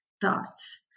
thoughts